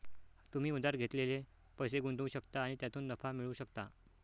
तुम्ही उधार घेतलेले पैसे गुंतवू शकता आणि त्यातून नफा मिळवू शकता